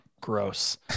Gross